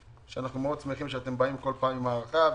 שאנחנו מאוד שמחים שאתם באים בכל פעם עם הארכה,